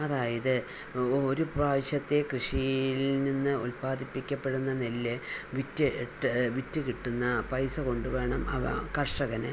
അതായത് ഒരു പ്രാവശ്യത്തെ കൃഷിയിൽ നിന്ന് ഉത്പാദിപ്പിക്കപ്പെടുന്ന നെല്ല് വിറ്റ് ഇട്ട് വിറ്റ് കിട്ടുന്ന പൈസ കൊണ്ട് വേണം അവ കർഷകന്